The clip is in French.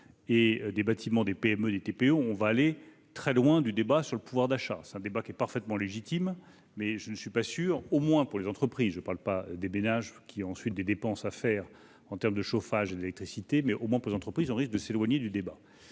et des bâtiments, des PME, les TPE, on va aller très loin du débat sur le pouvoir d'achat, c'est un débat qui est parfaitement légitime mais je ne suis pas sûr au moins pour les entreprises, je parle pas des ménages qui ensuite des dépenses à faire en terme de chauffage et d'électricité, mais au moins on pose entreprises on risque de s'éloigner du débat,